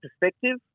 perspective